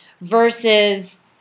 Versus